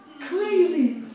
crazy